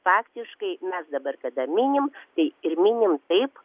faktiškai mes dabar kada minim tai ir minim taip